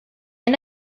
end